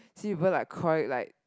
see people like cry like